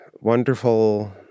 wonderful